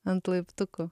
ant laiptukų